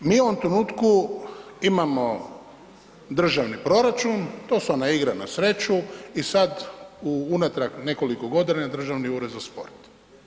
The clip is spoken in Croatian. Mi u ovom trenutku imamo državni proračun, to su vam igre na sreću i sad u unatrag nekoliko godina, Državni ured za sport.